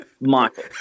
Michael